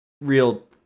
real